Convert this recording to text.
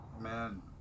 man